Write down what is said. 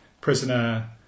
prisoner